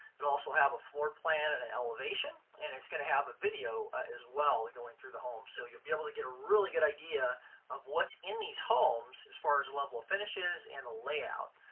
but also have a floor plan and an elevation, and it's going to have a video as well going through the home. so you'll be able to get a really good idea of what's in these homes as far as level of finishes and the layout.